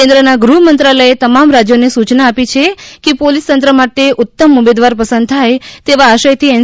કેન્દ્રના ગૃહ મંત્રાલયે તમામ રાજ્યને સૂચના આપી છે કે પોલિસ તંત્ર માટે ઉત્તમ ઉમેદવાર પસંદ થાય તેવા આશય થી એન